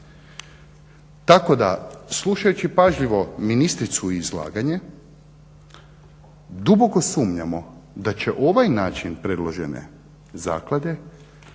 Tako da slušajući pažljivo ministricu i izlaganje duboko sumnjamo da će ovaj način predložene zaklade